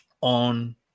on